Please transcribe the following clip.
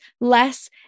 less